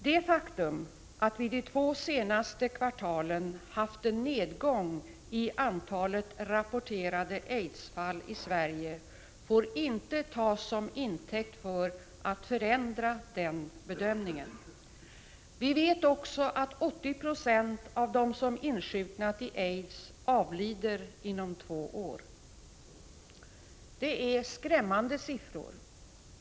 Det faktum att vi de senaste kvartalen haft en nedgång i antalet rapporterade aidsfall i Sverige får inte tas som intäkt för att förändra denna bedömning. Vi vet också att 80 Zo av dem som insjuknat i aids avlider inom två år. Det är skrämmande siffror.